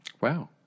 Wow